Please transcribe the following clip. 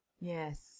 Yes